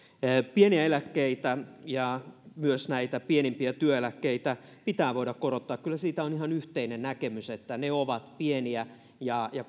pieniä eläkkeitä ja myös pienimpiä työeläkkeitä pitää voida korottaa kyllä siitä on ihan yhteinen näkemys että ne ovat pieniä ja ja